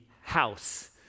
house